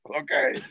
Okay